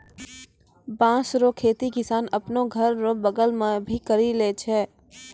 बाँस रो खेती किसान आपनो घर रो बगल मे भी करि लै छै